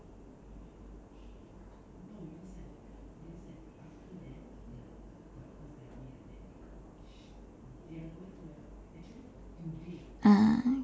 ah